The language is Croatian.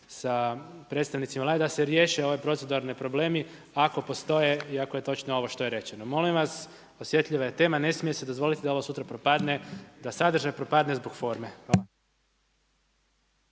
sa predstavnicima Vlade da se riješe ovi proceduralni problemi ako postoje i ako je točno ovo što je rečeno. Molim vas, osjetljiva je tema, ne smije se dozvoliti da ovo sutra propadne, da sadržaj propadne zbog forme.